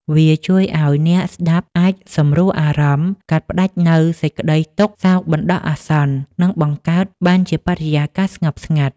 វាជួយឱ្យអ្នកស្តាប់អាចសម្រួលអារម្មណ៍ កាត់ផ្តាច់នូវសេចក្តីទុក្ខសោកបណ្តោះអាសន្ន និងបង្កើតបានជាបរិយាកាសស្ងប់ស្ងាត់